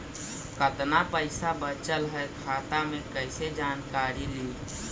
कतना पैसा बचल है खाता मे कैसे जानकारी ली?